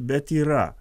bet yra